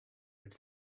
would